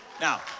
Now